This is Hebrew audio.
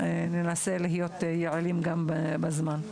ננסה להיות יעילים גם בזמן.